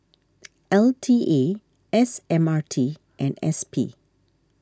L T A S M R T and S P